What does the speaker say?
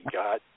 got